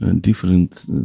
different